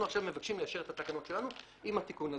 עכשיו מבקשים ליישר את התקנות שלנו עם התיקון הזה.